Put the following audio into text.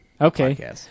Okay